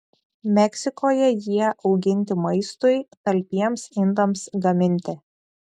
meksikoje jie auginti maistui talpiems indams gaminti